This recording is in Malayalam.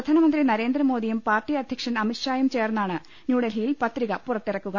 പ്രധാന മന്ത്രി ന്രേന്ദ്ര്മോദിയും പാർട്ടി അധ്യക്ഷൻ അമിത്ഷായും ചേർന്നാണ് ന്യൂഡൽഹിയിൽ പത്രിക പുറത്തിറക്കുക